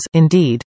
indeed